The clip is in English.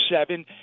seven